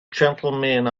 gentlemen